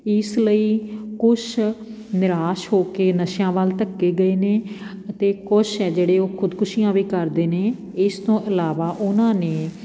ਇਸ ਲਈ ਕੁਛ ਨਿਰਾਸ਼ ਹੋ ਕੇ ਨਸ਼ਿਆਂ ਵੱਲ ਧੱਕੇ ਗਏ ਨੇ ਅਤੇ ਕੁਛ ਆ ਜਿਹੜੇ ਉਹ ਖੁਦਕੁਸ਼ੀਆਂ ਵੀ ਕਰਦੇ ਨੇ ਇਸ ਤੋਂ ਇਲਾਵਾ ਉਨ੍ਹਾਂ ਨੇ